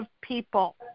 people